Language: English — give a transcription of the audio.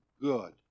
good